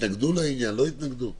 הם התנגדו לעניין או לא התנגדו?